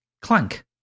Clank